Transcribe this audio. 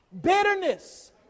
bitterness